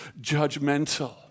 judgmental